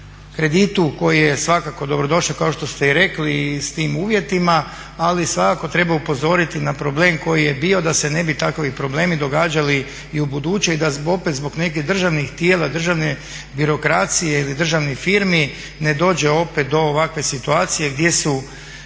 kreditu koji je svakako dobro došao kao što ste i rekli s tim uvjetima, ali svakako treba upozoriti na problem koji je bio da se ne bi takvi problemi događali i u buduće i da opet zbog nekih državnih tijela, državne birokracije ili državnih firmi ne dođe opet do ovakve situacije gdje su